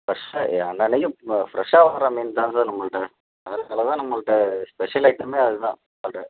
ஃப்ரெஷ்ஷாக ஏ அன்னன்றைக்கு ம ஃப்ரெஷ்ஷாக வர்ற மீன் தான் சார் நம்மள்கிட்ட தான் நம்மள்கிட்ட ஸ்பெஷல் ஐட்டமே அது தான் நம்மள்கிட்ட